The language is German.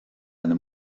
eine